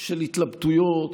של התלבטויות,